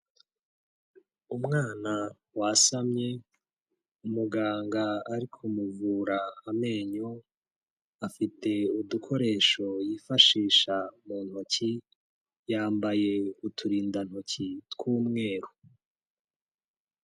Umwana wasamye umuganga ari kumuvura amenyo, afite udukoresho yifashisha mu ntoki, yambaye uturindantoki tw'umweru.